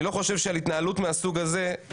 אני לא חושב שעל התנהלות מהסוג הזה,